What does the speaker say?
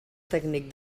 tècnic